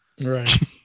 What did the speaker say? Right